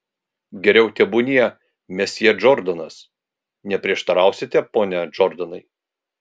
geriau tebūnie mesjė džordanas neprieštarausite pone džordanai